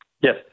Yes